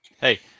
Hey